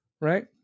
right